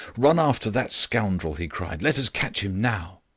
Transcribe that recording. run after that scoundrel, he cried let us catch him now.